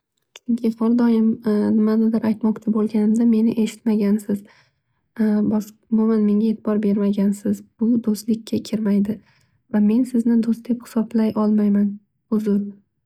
Chunki har doim nimanidir aytmoqchi bo'ganimda meni eshitmagansiz. Umuman menga etibor bermagansiz. Bu do'stlikka kirmaydi. Va men sizni do'st deb hisoblay olmayman uzr.